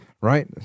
right